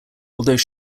although